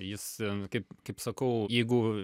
jis kaip kaip sakau jeigu